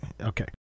Okay